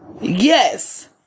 Yes